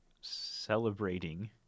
celebrating